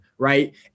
right